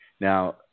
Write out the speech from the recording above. Now